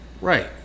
Right